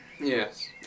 Yes